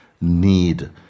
need